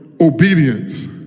Obedience